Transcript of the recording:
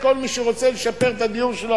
כל מי שרוצה לשפר את הדיור שלו,